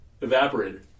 evaporated